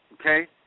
Okay